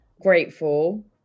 grateful